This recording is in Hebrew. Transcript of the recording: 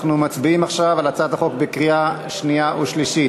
אנחנו מצביעים עכשיו על הצעת החוק בקריאה שנייה ושלישית.